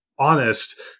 honest